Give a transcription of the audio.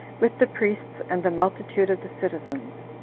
with the priests and the multitude of the citizens.